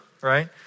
right